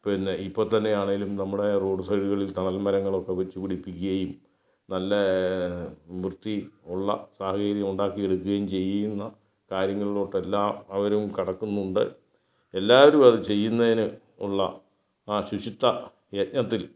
പിന്നെ ഇപ്പം തന്നെ ആണെങ്കിലും നമ്മുടെ റോഡ് സൈഡുകളിൽ തണൽ മരങ്ങളൊക്കെ വെച്ച് പിടിപ്പിക്കുകയും നല്ല വൃത്തി ഉള്ള സാഹചര്യം ഉണ്ടാക്കി എടുക്കുകയും ചെയ്യുന്ന കാര്യങ്ങളിലോട്ടെല്ലാം അവരും കടക്കുന്നുണ്ട് എല്ലാവരും അത് ചെയ്യുന്നതിന് ഉള്ള ആ ശുചിത്വ യഞ്ജത്തിൽ